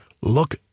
look